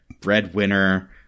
breadwinner